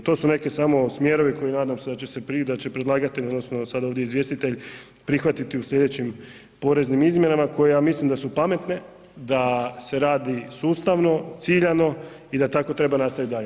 To su neki samo smjerovi koji će nadam se predlagatelj odnosno sada ovdje izvjestitelj prihvatiti u sljedećem poreznim izmjenama koje ja mislim da su pametne, da se radi sustavno, ciljano i da tako treba nastaviti dalje.